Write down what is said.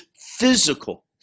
physical